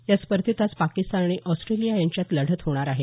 या स्पर्धेत आज पाकिस्तान आणि ऑस्ट्रेलिया यांच्यात लढत होणार आहे